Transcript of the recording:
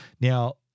Now